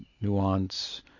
nuance